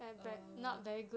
um